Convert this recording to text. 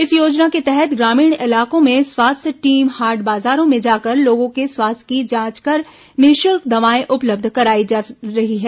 इस योजना के तहत ग्रामीण इलाकों में स्वास्थ्य टीम हाट बाजारों में जाकर लोगों के स्वास्थ्य की जांच कर निःशुल्क दवाइयां उपलब्ध कराई जा रही है